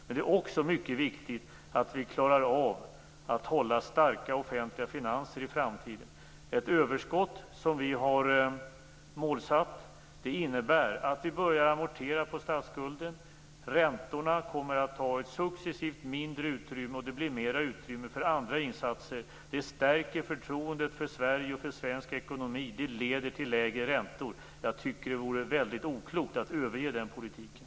Men det är också mycket viktigt att vi klarar av att hålla starka offentliga finanser i framtiden. Ett överskott som vi har som målsättning innebär att vi börjar amortera på statsskulden. Räntorna kommer att ta ett successivt mindre utrymme, och det blir mer utrymme för andra insatser. Det stärker förtroendet för Sverige och för svensk ekonomi, och det leder till lägre räntor. Jag tycker att det vore väldigt oklokt att överge den politiken.